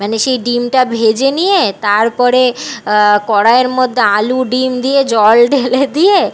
মানে সেই ডিমটা ভেজে নিয়ে তারপরে কড়াইয়ের মধ্যে আলু ডিম দিয়ে জল ঢেলে দিয়ে